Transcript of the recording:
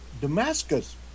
Damascus